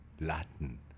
Latin